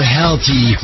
healthy